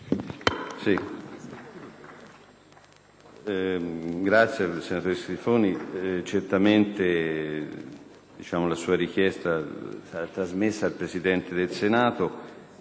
Senatore Stiffoni, certamente la sua richiesta sarà trasmessa al Presidente del Senato.